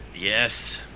Yes